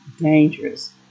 dangerous